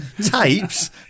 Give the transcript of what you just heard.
tapes